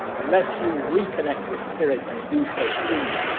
unless you reconnect with spirit and do so soon,